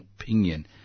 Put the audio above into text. opinion